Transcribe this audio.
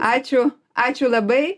ačiū ačiū labai